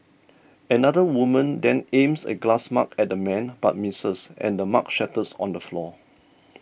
another woman then aims a glass mug at the man but misses and the mug shatters on the floor